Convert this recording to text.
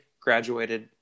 graduated